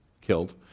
killed